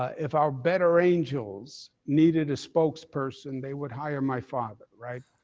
if our better angels needed a spokesperson they would hire my father, right?